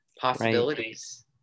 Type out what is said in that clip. possibilities